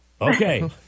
Okay